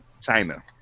China